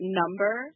number